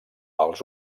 els